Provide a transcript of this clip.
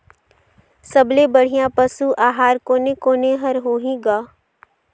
सबले बढ़िया पशु आहार कोने कोने हर होही ग?